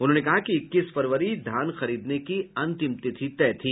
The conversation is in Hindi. उन्होंने कहा कि इक्कीस फरवरी धान खरीदने की अंतिम तिथि तय थी